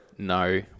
no